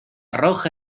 roja